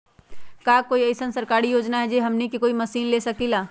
का कोई अइसन सरकारी योजना है जै से हमनी कोई मशीन ले सकीं ला?